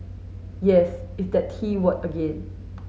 yes it's that T word again